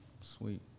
Sweet